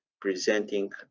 presenting